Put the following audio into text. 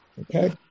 Okay